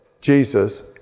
Jesus